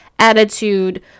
attitude